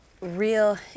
Real